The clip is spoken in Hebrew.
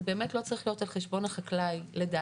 זה באמת לא צריך להיות על חשבון החקלאי לדעתי,